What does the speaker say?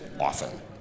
often